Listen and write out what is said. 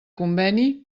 conveni